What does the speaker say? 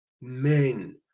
men